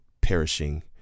perishing